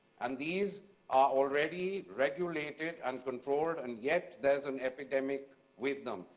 and these are already regulated and controlled, and yet there's an epidemic with them.